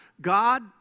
God